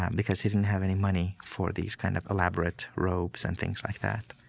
um because he didn't have any money for these kind of elaborate robes and things like that.